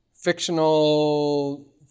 fictional